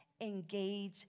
engage